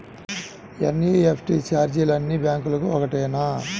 NEFT ఛార్జీలు అన్నీ బ్యాంక్లకూ ఒకటేనా?